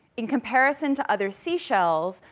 in comparison to other seashells,